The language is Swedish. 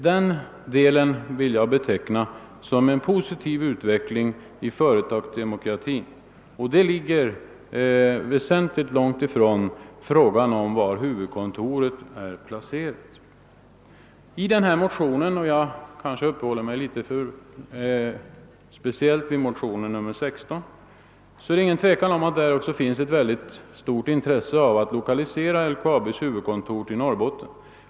Jag vill betona detta såsom en positiv utveckling av företagsdemokratin, men det är en fråga som ligger långt ifrån spörsmålet om huvudkontorets placering. I motionen II:16 — som jag kanske uppehåller mig något för mycket vid — visas utan tvivel ett stort intresse för att lokalisera LKAB:s huvudkontor till Norrbotten.